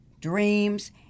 dreams